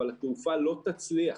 אבל התעופה לא תצליח,